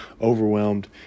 overwhelmed